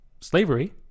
slavery